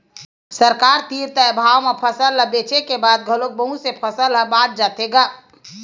सरकार तीर तय भाव म फसल ल बेचे के बाद घलोक बहुत से फसल ह बाच जाथे गा